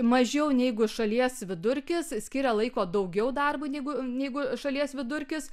mažiau negu šalies vidurkis skiria laiko daugiau darbui negu negu šalies vidurkis